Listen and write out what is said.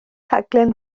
rhaglen